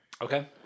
Okay